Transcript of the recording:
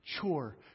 chore